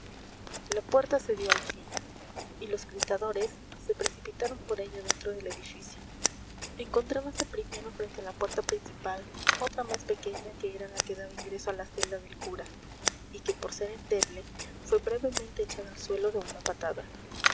la puerta cedió al fin y los gritadores se precipitaron por ella dentro del edificio encontrábase primero frente a la puerta principal otra más pequeña que era la que daba ingreso a la celda del cura y que por ser endeble fue brevemente echada al suelo de una patada